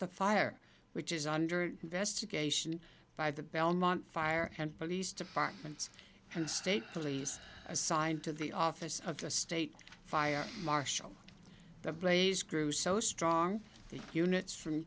the fire which is under investigation by the belmont fire and police departments and state police assigned to the office of the state fire marshal the blaze grew so strong the units from